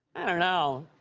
i don't know.